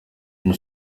une